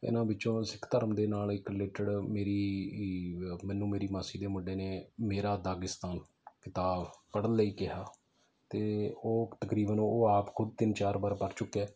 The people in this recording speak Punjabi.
ਇਹਨਾਂ ਵਿੱਚੋਂ ਸਿੱਖ ਧਰਮ ਦੇ ਨਾਲ ਇੱਕ ਰਿਲੇਟਡ ਮੇਰੀ ਮੈਨੂੰ ਮੇਰੀ ਮਾਸੀ ਦੇ ਮੁੰਡੇ ਨੇ ਮੇਰਾ ਦਾਗਿਸਤਾਨ ਕਿਤਾਬ ਪੜ੍ਹਨ ਲਈ ਕਿਹਾ ਅਤੇ ਉਹ ਤਕਰੀਬਨ ਉਹ ਆਪ ਖੁਦ ਤਿੰਨ ਚਾਰ ਵਾਰ ਪੜ੍ਹ ਚੁੱਕਿਆ